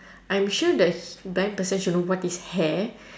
I'm sure the blind person should know what is hair